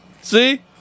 See